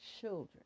children